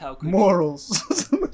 morals